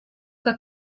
que